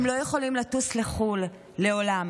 הם לא יכולים לטוס לחו"ל לעולם,